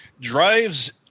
drives